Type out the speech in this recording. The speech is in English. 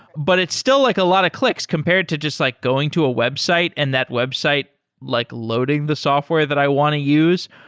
but it's still like a lot of clicks compared to just like going to a website and that website like loading the software that i want to use.